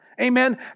amen